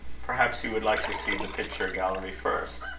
perhaps you would like to see the picture gallery first?